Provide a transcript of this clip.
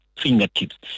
fingertips